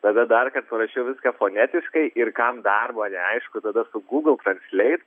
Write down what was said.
tada dar kart parašiau viską fonetiškai ir kam dar buvo neaišku tada su gūgl transleit